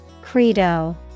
Credo